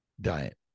diet